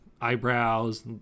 eyebrows